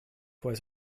was